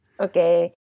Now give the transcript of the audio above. Okay